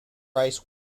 ice